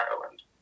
Ireland